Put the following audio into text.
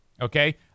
Okay